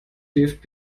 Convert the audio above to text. dfb